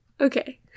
okay